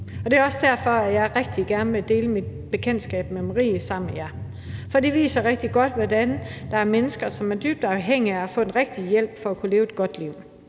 Det er også derfor, at jeg rigtig gerne vil dele mit bekendtskab med Marie med jer, for det viser rigtig godt, at der er mennesker, som er dybt afhængige af at få den rigtige hjælp for at kunne leve et godt liv.